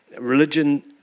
religion